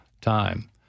time